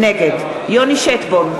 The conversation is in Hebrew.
נגד יוני שטבון,